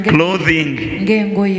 clothing